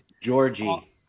Georgie